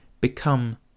become